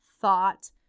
thought